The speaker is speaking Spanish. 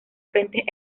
frentes